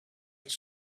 its